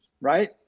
right